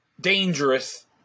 dangerous